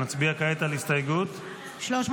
נצביע כעת על הסתייגות --- 353.